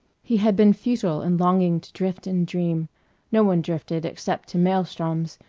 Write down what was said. he had been futile in longing to drift and dream no one drifted except to maelstroms,